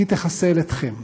היא תחסל אתכם.